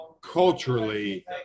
culturally